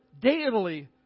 daily